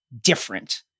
different